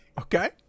Okay